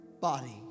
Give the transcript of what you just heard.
body